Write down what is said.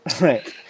Right